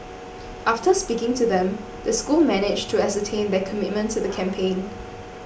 after speaking to them the school managed to ascertain their commitment to the campaign